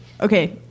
Okay